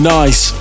nice